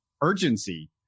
urgency